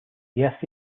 yes